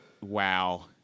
Wow